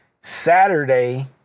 Saturday